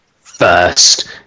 First